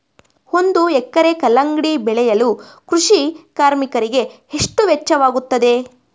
ಒಂದು ಎಕರೆ ಕಲ್ಲಂಗಡಿ ಬೆಳೆಯಲು ಕೃಷಿ ಕಾರ್ಮಿಕರಿಗೆ ಎಷ್ಟು ವೆಚ್ಚವಾಗುತ್ತದೆ?